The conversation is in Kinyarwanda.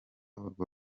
urwo